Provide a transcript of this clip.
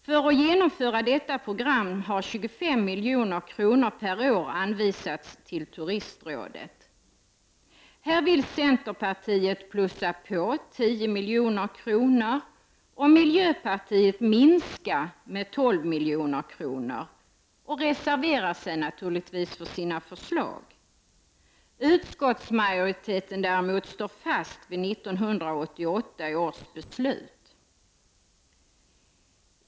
För att genomföra detta program har 25 milj.kr. per år anvisats till turistrådet. Här vill centerpartiet plussa på med 10 milj.kr., medan miljöpartiet vill minska med 12 milj.kr. och därmed reserverar de sig naturligtvis för sina förslag. Utskottsmajoriteten däremot står fast vid 1988 års beslut.